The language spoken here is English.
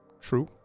true